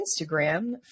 Instagram